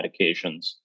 medications